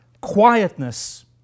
quietness